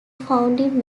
founding